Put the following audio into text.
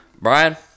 Brian